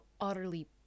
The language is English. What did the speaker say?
utterly